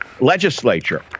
legislature